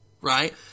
right